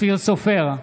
אופיר סופר,